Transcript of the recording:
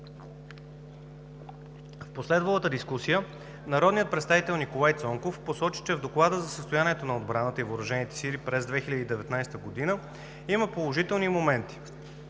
В последвалата дискусия народният представител Николай Цонков посочи, че в Доклада за състоянието на отбраната и въоръжените сили през 2019 г. има положителни моменти,